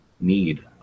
need